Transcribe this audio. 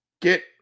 get